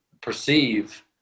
perceive